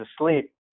asleep